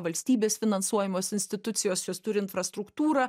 valstybės finansuojamos institucijos jos turi infrastruktūrą